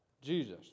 Jesus